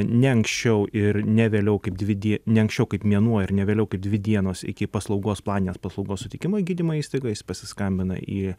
ne anksčiau ir ne vėliau kaip dvi die ne anksčiau kaip mėnuo ir ne vėliau kaip dvi dienos iki paslaugos planinės paslaugos suteikimo gydymo įstaigoj pasiskambina į